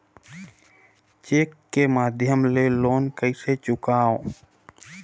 Cheque के माध्यम ले लोन कइसे चुकांव?